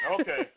Okay